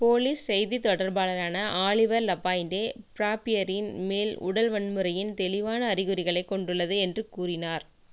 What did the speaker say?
police செய்தித் தொடர்பாளரான Oliver Lapointe ஃபிராப்பியரின் மேல் உடல் வன்முறையின் தெளிவான அறிகுறிகளைக் கொண்டுள்ளது என்று கூறினார்